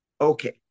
Okay